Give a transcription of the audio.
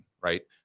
right